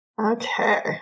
Okay